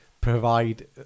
provide